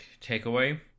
takeaway